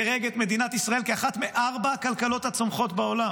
דירג את מדינת ישראל כאחת מארבע הכלכלות הצומחות בעולם